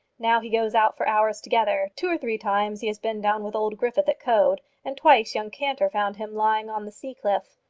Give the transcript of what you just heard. now he goes out for hours together. two or three times he has been down with old griffith at coed, and twice young cantor found him lying on the sea cliff.